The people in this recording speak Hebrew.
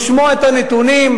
לשמוע את הנתונים,